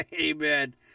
Amen